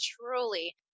truly